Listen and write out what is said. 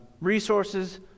resources